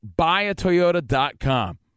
buyatoyota.com